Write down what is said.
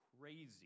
crazy